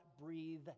breathe